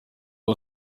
aho